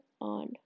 on